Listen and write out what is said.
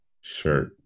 shirt